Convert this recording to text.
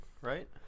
right